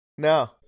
No